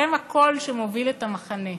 שהם הקול שמוביל את המחנה,